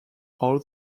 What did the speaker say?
all